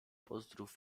pozdrów